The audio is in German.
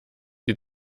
die